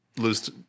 lose